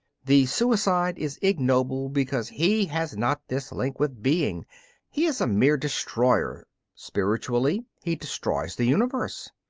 the suicide is ignoble because he has not this link with being he is a mere destroyer spiritually, he destroys the universe.